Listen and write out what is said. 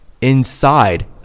inside